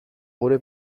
gure